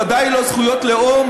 ודאי לא זכויות לאום,